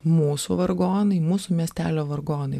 mūsų vargonai mūsų miestelio vargonai